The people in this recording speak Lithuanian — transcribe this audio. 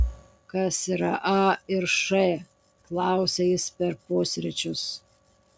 kas yra a ir š klausia jis per pusryčius